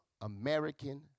American